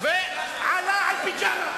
אותה ממשלה.